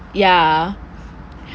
ya